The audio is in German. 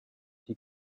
die